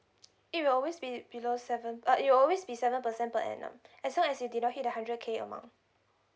it will always be below seven uh it always be seven percent per annum as long as you did not hit the hundred K amount